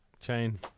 chain